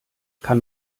kann